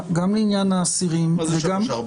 מה זה 3(4)?